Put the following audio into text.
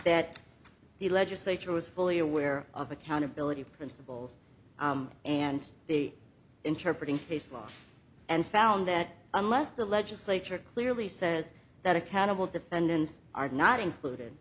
that the legislature was fully aware of accountability principles and the interpret in case law and found that unless the legislature clearly says that accountable defendants are not included